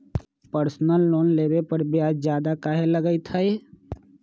Personal loan लेबे पर ब्याज ज्यादा काहे लागईत है?